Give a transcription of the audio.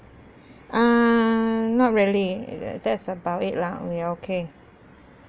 err not really it it that's about it lah we okay